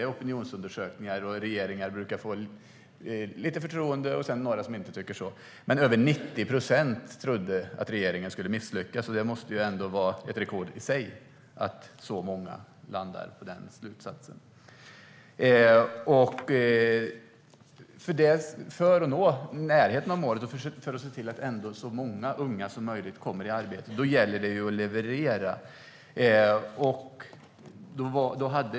Det är opinionsundersökningar som visar att några har förtroende för regeringar medan andra inte har det. Men över 90 procent trodde att regeringen skulle misslyckas, och det måste ändå vara ett rekord i sig att så många landar på den slutsatsen. För att komma i närheten av målet och se till att så många unga som möjligt kommer i arbete gäller det att leverera.